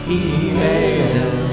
email